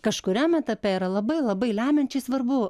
kažkuriam etape yra labai labai lemiančiai svarbu